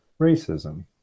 racism